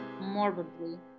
morbidly